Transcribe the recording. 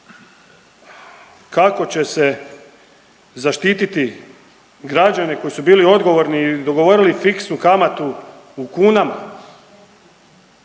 kako će se zaštititi građane koji su bili odgovorni, dogovorili fiksnu kamatu u kunama